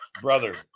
brother